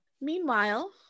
meanwhile